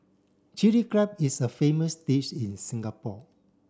Chilli Crab is a famous dish in Singapore